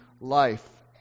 life